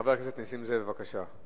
חבר הכנסת נסים זאב, בבקשה.